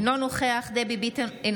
אינו נוכח דבי ביטון,